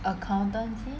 accountancy